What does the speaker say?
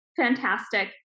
fantastic